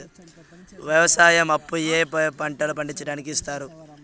వ్యవసాయం అప్పు ఏ ఏ పంటలు పండించడానికి ఇస్తారు?